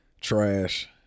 Trash